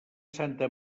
santa